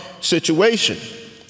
situation